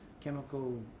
chemical